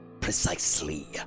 Precisely